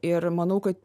ir manau kad